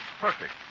Perfect